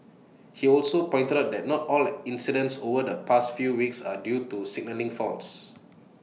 he also pointed out that not all the incidents over the past few weeks are due to signalling faults